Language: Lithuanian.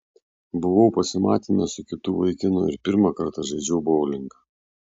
buvau pasimatyme su kitu vaikinu ir pirmą kartą žaidžiau boulingą